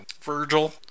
Virgil